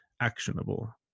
actionable